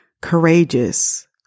courageous